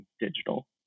digital